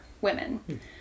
women